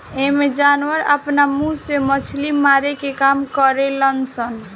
एइमें जानवर आपना मुंह से मछली मारे के काम करेल सन